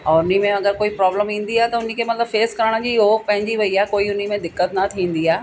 और उन में अगरि कोई प्रॉब्लम ईंदी आहे त उन खे मतिलबु फेस करण जी उहो पंहिंजी वई आहे कोई उन में दिक़त न थींदी आहे